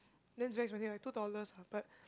then it's very expensive eh two dollars ah but